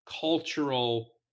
cultural